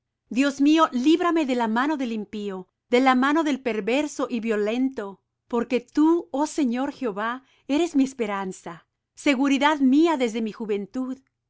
dios mío líbrame de la mano del impío de la mano del perverso y violento porque tú oh señor jehová eres mi esperanza seguridad mía desde mi juventud